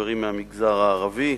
חברים מהמגזר הערבי,